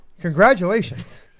Congratulations